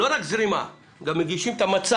לא רק זרימה, גם מגישים את המצע